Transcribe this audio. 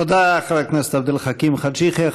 תודה, חבר הכנסת עבד אל חכים חאג' יחיא.